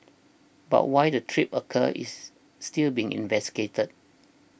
but why the trip occurred is still being investigated